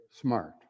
Smart